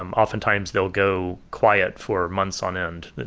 um oftentimes, they'll go quiet for months on end.